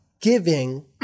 giving